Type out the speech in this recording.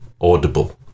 Audible